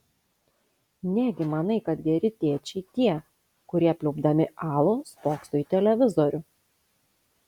negi manai kad geri tėčiai tie kurie pliaupdami alų spokso į televizorių